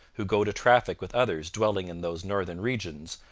who go to traffic with others dwelling in those northern regions,